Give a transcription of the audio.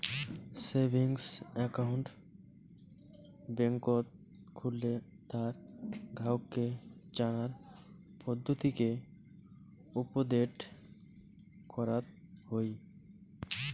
savings account বেংকত খুললে তার গ্রাহককে জানার পদ্ধতিকে উপদেট করাত হই